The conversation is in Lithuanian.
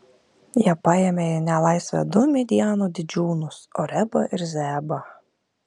jie paėmė į nelaisvę du midjano didžiūnus orebą ir zeebą